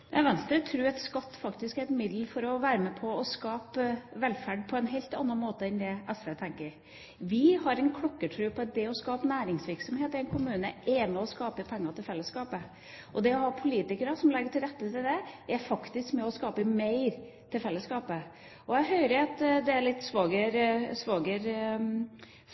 at skatt faktisk er et middel som kan være med på å skape velferd på en helt annen måte enn SV tenker seg. Vi har klokkertro på at det å skape næringsvirksomhet i en kommune er med på å skape penger til fellesskapet. Å ha politikere som legger til rette for det er faktisk med på å skape mer til fellesskapet. Jeg hører at det er litt